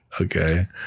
Okay